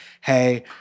Hey